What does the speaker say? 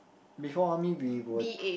before army we were